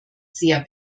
sehr